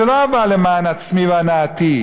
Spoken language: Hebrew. זה לא אהבה למען עצמי או הנאתי,